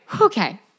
Okay